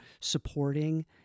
supporting